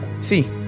see